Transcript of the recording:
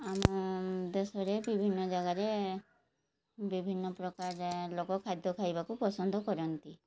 ଆମ ଦେଶରେ ବିଭିନ୍ନ ଜାଗାରେ ବିଭିନ୍ନ ପ୍ରକାର ଲୋକ ଖାଦ୍ୟ ଖାଇବାକୁ ପସନ୍ଦ କରନ୍ତି